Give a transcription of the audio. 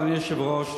אדוני היושב-ראש,